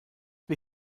wir